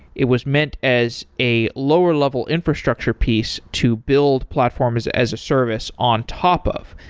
it was meant as a lower level infrastructure piece to build platforms as a service on top of,